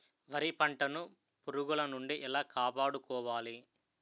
వరి పంటను పురుగుల నుండి ఎలా కాపాడుకోవాలి?